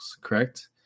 correct